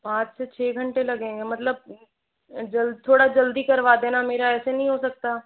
पाँच से छः घंटे लगेंगे मतलब जल्द थोड़ा जल्दी करवा देना मेरा ऐसा नहीं हो सकता